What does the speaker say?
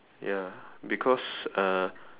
ya because uh